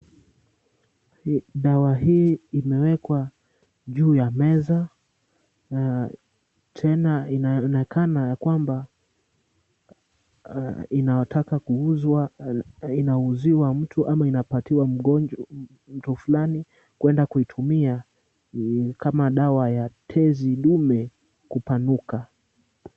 Dawa hii imewekwa juu ya meza na tena inaonekana ya kwamba, inataka kuuzwa, inauziwa mtu ama inapatiwa mgonjwa fulani kwenda kuitumia, kama dawa ya tezi dume kupanuka.